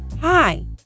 Hi